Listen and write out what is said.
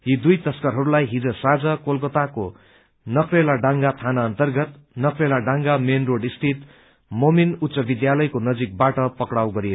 यी दुइ तस्करहरूलाई हिज साँझ कोलकताको नरकेलाडांगा थाना अन्तर्गत नारकेला डाँगा मेन रोड स्थित मोमिन उच्च विद्यालयको नजिकबाट पक्राउ गरिएको हो